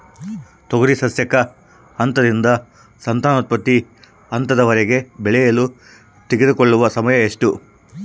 ತೊಗರಿ ಸಸ್ಯಕ ಹಂತದಿಂದ ಸಂತಾನೋತ್ಪತ್ತಿ ಹಂತದವರೆಗೆ ಬೆಳೆಯಲು ತೆಗೆದುಕೊಳ್ಳುವ ಸಮಯ ಎಷ್ಟು?